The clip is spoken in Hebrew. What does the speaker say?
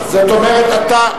אתה,